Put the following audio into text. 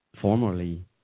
formerly